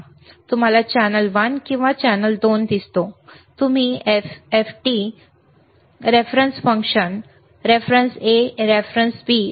तुम्हाला channel one किंवा channel 2 दिसतो तुम्ही FFT संदर्भ फंक्शन संदर्भ A संदर्भ B